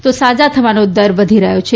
તો સાજા થવાનો દર વધી રહ્યો છે